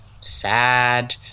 sad